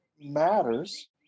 matters